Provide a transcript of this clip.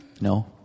No